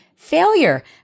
failure